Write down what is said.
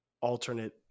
alternate